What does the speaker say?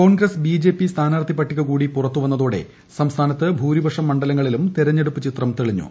Congress BJP സ്ഥാനാർത്ഥി പട്ടിക കൂടി പുറത്തുവന്നതോടെ സംസ്ഥാനത്ത് ഭൂരിപക്ഷം മണ്ഡലങ്ങളിലും തെരഞ്ഞെടുപ്പ് ചിത്രം തെളിഞ്ഞു